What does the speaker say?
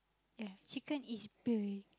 ya chicken is big